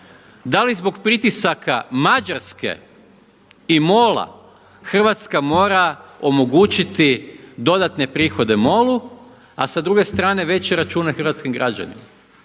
Da li zbog pritisaka Mađarske i MOL-a Hrvatska mora omogućiti dodatne prihode MOL-u, a sa druge strane veće račune hrvatskim građanima.